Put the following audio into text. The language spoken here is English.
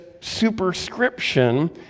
superscription